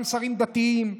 גם שרים דתיים,